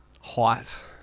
height